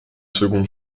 seconde